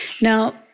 Now